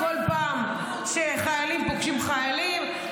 כל פעם שחיילים פוגשים חיילים,